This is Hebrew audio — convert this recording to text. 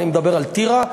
אני מדבר על טירה.